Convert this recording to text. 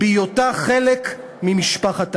בהיותה חלק ממשפחת העמים.